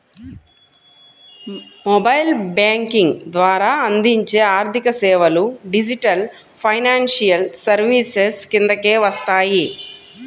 mobile banking ద్వారా అందించే ఆర్థికసేవలు డిజిటల్ ఫైనాన్షియల్ సర్వీసెస్ కిందకే వస్తాయి